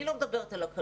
אני לא מדברת על הקלות.